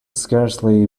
scarcely